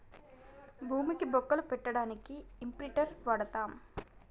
భూమికి బొక్కలు పెట్టడానికి ఇంప్రింటర్ వాడతం